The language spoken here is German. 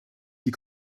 die